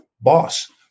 boss